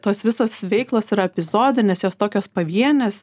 tos visos veiklos yra epizodinės jos tokios pavienės